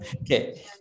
Okay